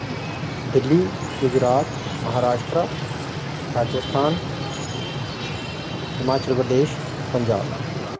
Delhi Gujarat Maharashtra Rajasthan Himachal Pradesh Punjab